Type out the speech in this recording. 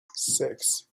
six